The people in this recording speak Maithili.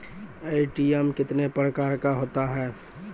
ए.टी.एम कितने प्रकार का होता हैं?